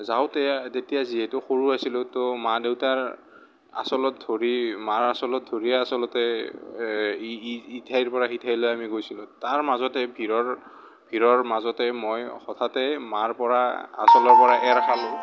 যাওঁতে তেতিয়া যিহেতু সৰু আছিলোঁ তো মা দেউতাৰ আঁচলত ধৰি মাৰ আঁচলত ধৰি আচলতে ইঠাইৰ পৰা সিঠাইলৈ আমি গৈছিলোঁ তাৰ মাজতে ভিৰৰ ভিৰৰ মাজতে মই হঠাতে মাৰ পৰা আঁচলৰ পৰা এৰ খালোঁ